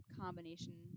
combination